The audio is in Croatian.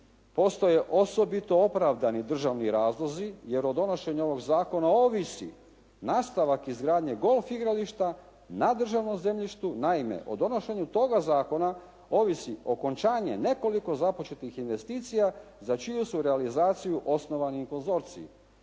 postoje osobito opravdani državni razlozi, jer od donošenja ovog zakona ovisi nastavak izgradnje golf igrališta na državnom zemljištu. Naime, o donošenju toga zakona ovisi okončanje nekoliko započetih investicija za čiju su realizaciju osnovani i konzorciji.